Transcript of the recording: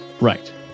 Right